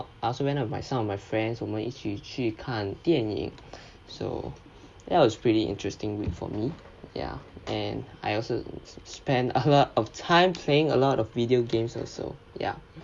elsewhere on my some of my friends 我们一起去看电影 so that was pretty interesting week for me ya and I also spend a lot of time playing a lot of video games also ya